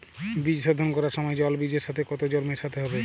বীজ শোধন করার সময় জল বীজের সাথে কতো জল মেশাতে হবে?